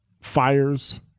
fires